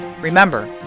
Remember